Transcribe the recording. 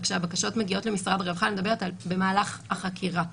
וכשהבקשות מגיעות למשרד הרווחה במהלך החקירה,